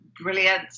brilliant